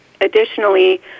Additionally